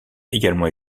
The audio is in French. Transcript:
également